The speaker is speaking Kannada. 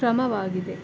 ಕ್ರಮವಾಗಿದೆ